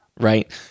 right